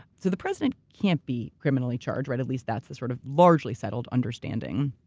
so the president can't be criminally charged, right, at least that's the sort of largely settled understanding.